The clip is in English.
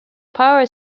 power